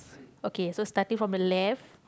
okay so starting from the left